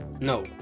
no